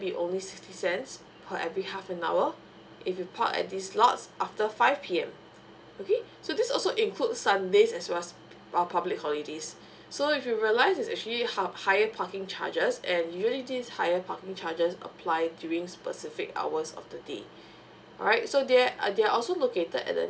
be only sixty cents per every half an hour if you park at these lots after five P M okay so this also include sundays as well as pub uh public holidays so if you realize it's actually high higher parking charges and usually this higher parking charges apply during specific hours of the day alright so they uh the'rey also located at the